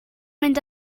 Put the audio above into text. mynd